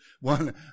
one